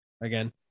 again